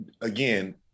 again